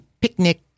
picnic